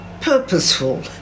purposeful